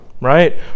Right